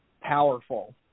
powerful